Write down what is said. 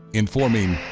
informing,